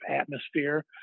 atmosphere